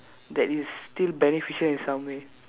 that is still beneficial in some way